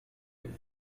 with